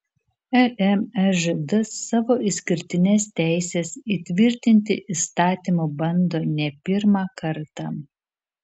lmžd savo išskirtines teises įtvirtinti įstatymu bando ne pirmą kartą